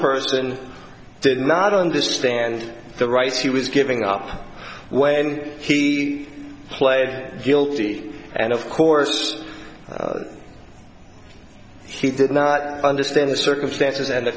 person did not understand the rights he was giving up when he played guilty and of course he did not understand the circumstances and the